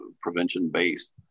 prevention-based